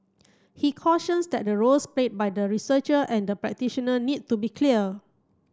he cautions that the roles played by the researcher and the practitioner need to be clear